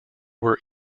were